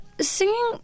Singing